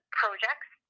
projects